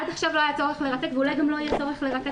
עד עכשיו לא היה צורך לרתק ואולי גם לא יהיה צורך לרתק